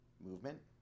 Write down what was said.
Movement